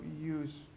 use